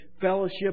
fellowship